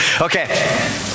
Okay